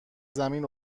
زمین